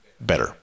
Better